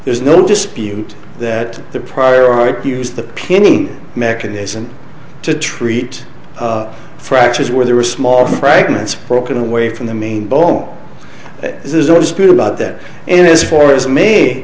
there's no dispute that the prior art used the pinning mechanism to treat fractures where there were small fragments broken away from the main bone this is always good about that and as far as m